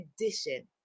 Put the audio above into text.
edition